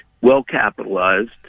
well-capitalized